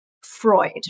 Freud